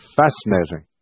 fascinating